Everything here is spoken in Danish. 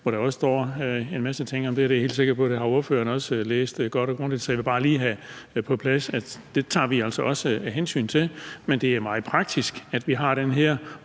hvor der står en masse ting om det, og det er jeg helt sikker på at ordføreren også har læst godt og grundigt. Så jeg vil bare lige for en ordens skyld have sat på plads, at det tager vi altså også hensyn til. Men det er meget praktisk, at vi har den her